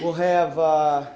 we'll have a